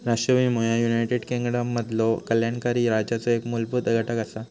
राष्ट्रीय विमो ह्या युनायटेड किंगडममधलो कल्याणकारी राज्याचो एक मूलभूत घटक असा